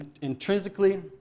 intrinsically